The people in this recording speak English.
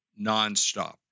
nonstop